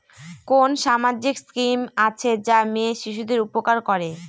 কোন সামাজিক স্কিম আছে যা মেয়ে শিশুদের উপকার করে?